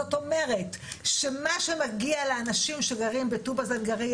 זאת אומרת שמה שמגיע לאנשים שגרים בטובא זנגריה,